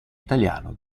italiano